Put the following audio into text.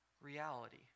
reality